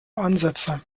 ansätze